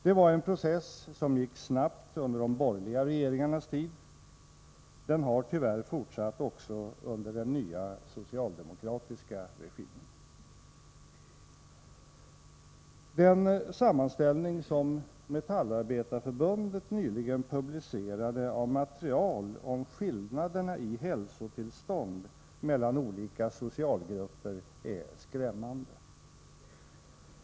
Det var en process som gick snabbt under de borgerliga regeringarnas tid. Den har tyvärr fortsatt också under den nya socialdemokratiska regimen. Den sammanställning som Metallarbetareförbundet nyligen publicerade av material om skillnaderna i hälsotillstånd mellan olika socialgrupper är skrämmande.